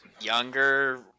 younger